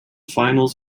finals